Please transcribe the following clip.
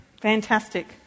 fantastic